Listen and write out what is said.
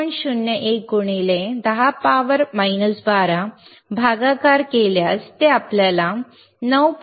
01 गुणिले 10 12 भागाकार केल्यास ते आपल्याला 9